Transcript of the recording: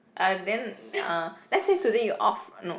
uh then uh let's say today you off no